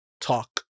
talk